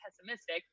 pessimistic